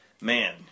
man